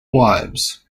wives